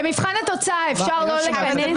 במבחן התוצאה, אפשר לא לכנס?